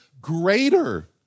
greater